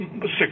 six